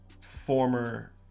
former